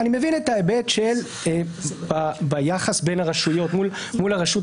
את ההיבט ביחס שבין הרשויות מול הרשות